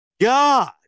God